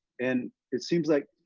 and it seemed like,